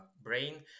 brain